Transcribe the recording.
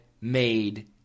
made